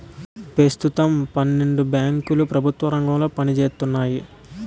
పెస్తుతం పన్నెండు బేంకులు ప్రెభుత్వ రంగంలో పనిజేత్తన్నాయి